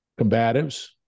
combatives